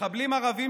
מחבלים ערבים,